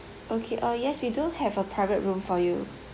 okay uh yes we do have a private room for you